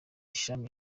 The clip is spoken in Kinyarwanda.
shami